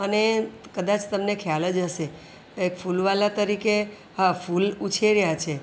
અને કદાચ તમને ખ્યાલ જ હશે એક ફૂલવાળા તરીકે આ ફૂલ ઉછેર્યાં છે